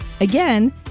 Again